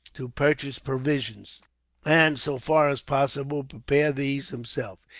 to purchase provisions and, so far as possible, prepared these himself.